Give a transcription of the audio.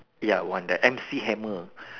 ya one the M C hammer